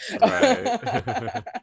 Right